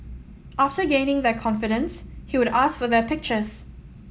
after gaining their confidence he would ask for their pictures